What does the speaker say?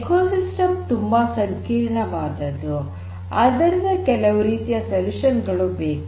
ecosystem ತುಂಬಾ ಸಂಕೀರ್ಣವಾದದ್ದು ಆದ್ದರಿಂದ ಕೆಲವು ರೀತಿಯ ಪರಿಹಾರಗಳು ಬೇಕು